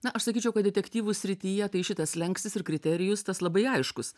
na aš sakyčiau kad detektyvų srityje tai šitas slenkstis ir kriterijus tas labai aiškus